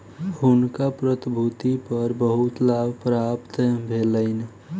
हुनका प्रतिभूति पर बहुत लाभ प्राप्त भेलैन